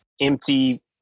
empty